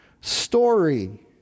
story